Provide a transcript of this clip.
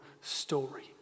story